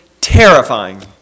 terrifying